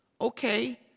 Okay